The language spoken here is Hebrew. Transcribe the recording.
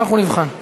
אז בוא נבחן עכשיו.